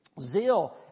zeal